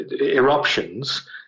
eruptions